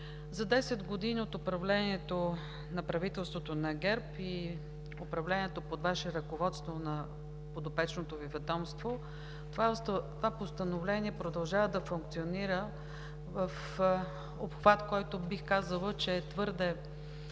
За десет години от управлението на правителството на ГЕРБ и управлението под Ваше ръководство на подопечното Ви ведомство това постановление продължава да функционира в обхват, който, бих казала, че е твърде